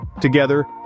Together